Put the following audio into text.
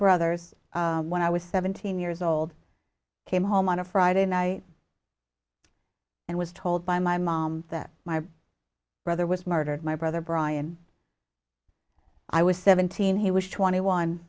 brothers when i was seventeen years old came home on a friday night and was told by my mom that my brother was murdered my brother brian i was seventeen he was twenty one